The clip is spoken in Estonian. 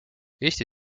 eesti